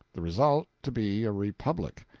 the result to be a republic.